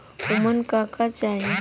उमन का का चाही?